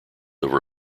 over